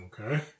Okay